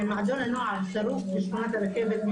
מועדון הנוער שרוף בשכונת הרכבת,